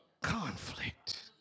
Conflict